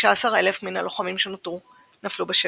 15,000 מן הלוחמים שנותרו נפלו בשבי,